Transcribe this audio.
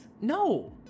No